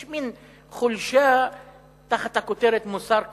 יש מין חולשה תחת הכותרת "מוסר כפול"